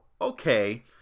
okay